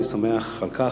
אני שמח על כך,